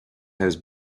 had